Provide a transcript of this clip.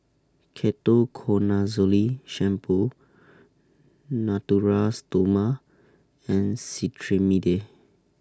Ketoconazole Shampoo Natura Stoma and Cetrimide